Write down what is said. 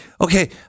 okay